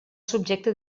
subjecta